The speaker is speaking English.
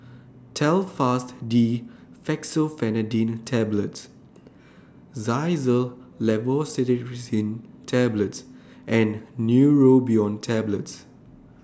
Telfast D Fexofenadine Tablets Xyzal Levocetirizine Tablets and Neurobion Tablets